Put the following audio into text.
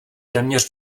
téměř